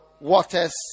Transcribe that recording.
waters